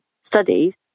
studies